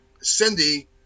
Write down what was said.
Cindy